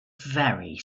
very